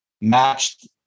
matched